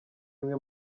bimwe